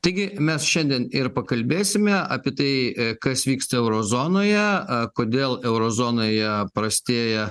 taigi mes šiandien ir pakalbėsime apie tai kas vyksta euro zonoje kodėl euro zonoje prastėja